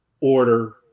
order